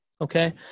Okay